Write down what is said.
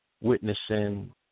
witnessing